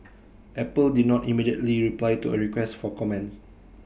Apple did not immediately reply to A request for comment